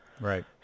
Right